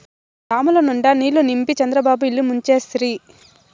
డాముల నిండా నీళ్ళు నింపి చంద్రబాబు ఇల్లు ముంచేస్తిరి